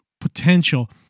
potential